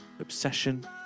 obsession